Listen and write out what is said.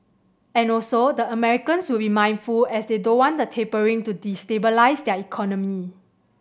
and also the Americans will be mindful as they don't want the tapering to destabilise their economy